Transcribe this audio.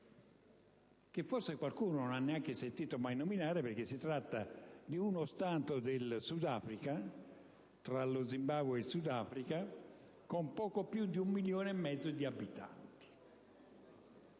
che forse qualcuno non ha mai sentito nominare perché si tratta di uno Stato tra lo Zimbabwe e il Sudafrica con poco più di un milione e mezzo di abitanti.